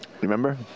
Remember